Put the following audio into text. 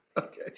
Okay